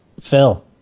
Phil